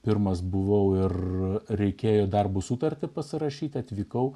pirmas buvau ir reikėjo darbo sutartį pasirašyti atvykau